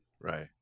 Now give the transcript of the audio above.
right